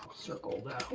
circle